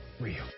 real